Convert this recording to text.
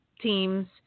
teams